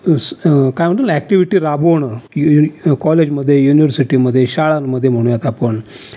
स् काय म्हणतो ना ॲक्टिविटी राबवणं यू युनी कॉलेजमध्ये युनिवर्सिटीमध्ये शाळांमध्ये म्हणूयात आपण